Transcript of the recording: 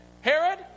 Herod